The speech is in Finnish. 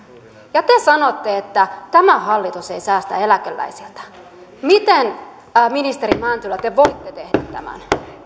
ja te sanotte että tämä hallitus ei säästä eläkeläisiltä miten ministeri mäntylä te voitte tehdä tämän